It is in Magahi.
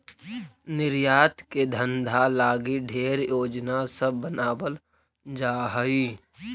निर्यात के धंधा लागी ढेर योजना सब बनाबल जा हई